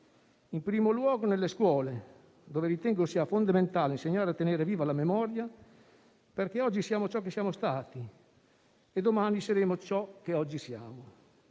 in primo luogo nelle scuole, dove ritengo sia fondamentale insegnare a tenere viva la memoria, perché oggi siamo ciò che siamo stati e domani saremo ciò che oggi siamo.